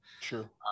Sure